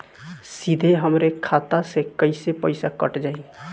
सीधे हमरे खाता से कैसे पईसा कट जाई?